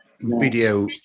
video